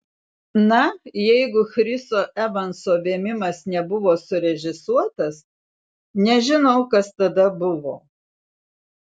na jeigu chriso evanso vėmimas nebuvo surežisuotas nežinau kas tada buvo